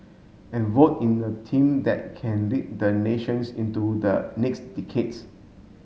and vote in a team that can lead the nations into the next decades